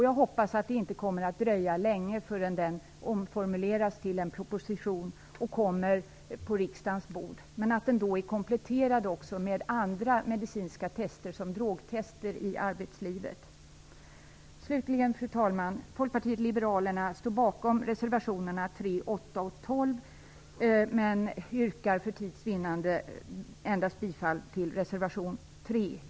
Jag hoppas att det inte dröjer länge förrän den omformuleras till en proposition och kommer på riksdagens bord, men då kompletterad med andra medicinska tester t.ex. drogtester i arbetslivet. Slutligen, fru talman, Folkpartiet liberalerna står bakom reservationerna 3, 8 och 12. För tids vinnande yrkar jag endast bifall till reservation 3.